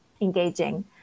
engaging